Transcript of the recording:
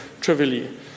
trivially